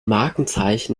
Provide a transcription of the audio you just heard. markenzeichen